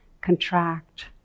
contract